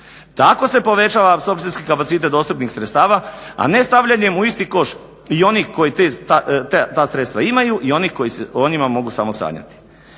Tako se povećava apsorpcijski kapacitet dostupnih sredstava, a ne stavljanjem u isti koš i onih koji ta sredstva imaju i onih koji o njima mogu samo sanjati.